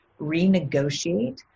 renegotiate